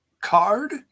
card